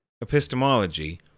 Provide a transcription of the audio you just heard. epistemology